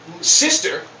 sister